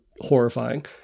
horrifying